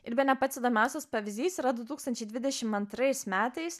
ir bene pats įdomiausias pavyzdys yra du tūkstančiai dvidešim antrais metais